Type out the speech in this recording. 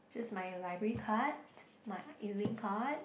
just my library card my EZLink card